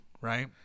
right